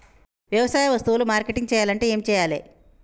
వ్యవసాయ వస్తువులు మార్కెటింగ్ చెయ్యాలంటే ఏం చెయ్యాలే?